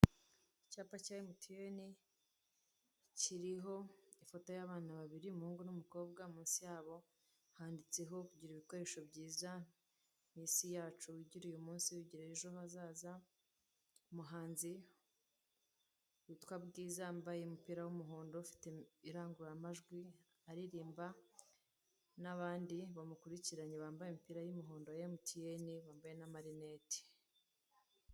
Icyapa cya Emutiyene kiriho ifoto y'abana babiri umuhungu n'umukobwa, munsi yabo handitseho kugira ibikoresho byiza, mu isi yacu, gira uyu munsi, gira ejo hazaza, umuhanzi witwa BWIZA yambaye umupira w'umuhondo ufite irangururamajwi aririmba n'abandi bamukurikiranye bambaye imipira y'umuhondo ya Emutiyene wambaye na marinete.